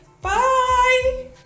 bye